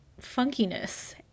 funkiness